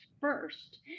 first